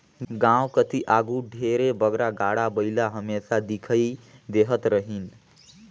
गाँव कती आघु ढेरे बगरा गाड़ा बइला हमेसा दिखई देहत रहिन